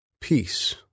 peace